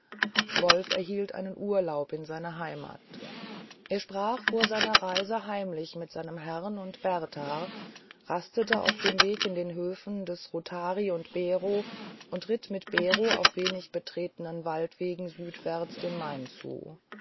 wolf erhielt einen urlaub in seine heimat er sprach vor seiner reise heimlich mit seinem herrn und berthar rastete auf dem wege in den höfen des rothari und bero und ritt mit bero auf wenig betretenen waldwegen südwärts dem main zu